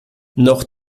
noch